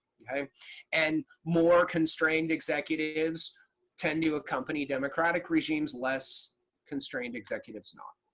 okay? and more constrained executives tend to accompany democratic regimes. less constrained executives not.